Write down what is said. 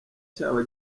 cyaba